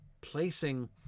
placing